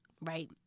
Right